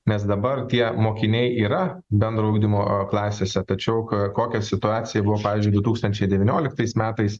nes dabar tie mokiniai yra bendro ugdymo klasėse tačiau ką kokia situacija buvo pavyzdžiui du tūkstančiai devynioliktais metais